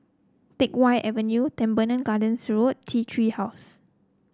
Teck Whye Avenue Teban Gardens Road T Tree House